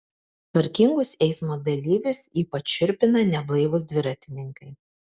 tvarkingus eismo dalyvius ypač šiurpina neblaivūs dviratininkai